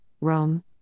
Rome